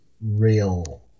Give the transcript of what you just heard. real